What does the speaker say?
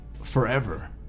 forever